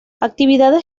actividades